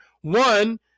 One